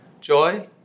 Joy